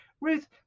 Ruth